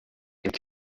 and